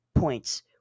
points